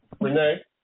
Renee